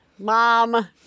Mom